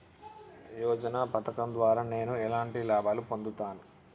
యోజన పథకం ద్వారా నేను ఎలాంటి లాభాలు పొందుతాను?